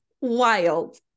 Wild